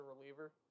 reliever